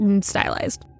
stylized